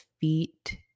feet